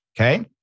okay